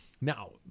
now